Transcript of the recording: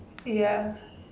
ya